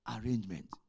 arrangement